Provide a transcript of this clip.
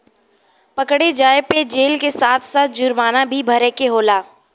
पकड़े जाये पे जेल के साथ साथ जुरमाना भी भरे के होला